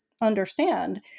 understand